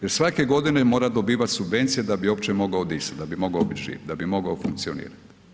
Jer svake godine mora dobivati subvencije da bi uopće mogao disati, da bi mogao bit živ, da bi mogao funkcionirat.